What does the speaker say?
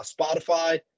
spotify